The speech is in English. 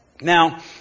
Now